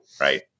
Right